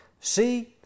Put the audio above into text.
See